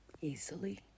Easily